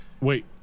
wait